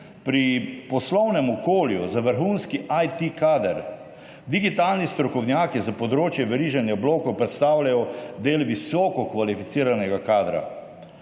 pri poslovnem okolju za vrhunski IT-kader. Digitalni strokovnjaki za področje veriženja blokov predstavljajo del visoko kvalificiranega kadra.